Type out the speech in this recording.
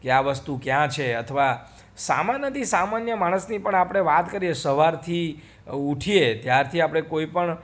કે આ વસ્તુ ક્યાં છે અથવા સામાન્યથી સામાન્ય માણસની પણ આપણે વાત કરીએ સવારથી ઊઠીએ ત્યારથી આપણે કોઈપણ